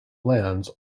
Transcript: lands